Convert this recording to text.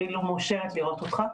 אפילו מאושרת לראות אותך.